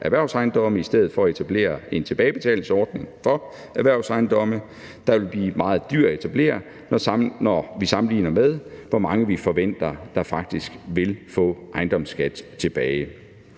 erhvervsejendomme i stedet for at etablere en tilbagebetalingsordning for erhvervsejendomme, der vil blive meget dyr at etablere, når vi sammenligner med, hvor mange vi forventer faktisk vil få ejendomsskat tilbage.